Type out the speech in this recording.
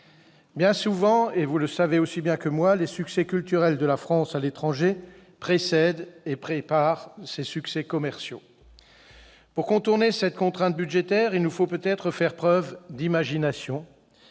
Bien souvent, et vous le savez aussi bien que moi, les succès culturels de la France à l'étranger précèdent et préparent ses succès commerciaux. Pour contourner cette contrainte budgétaire, il faudrait faire preuve d'imagination